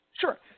Sure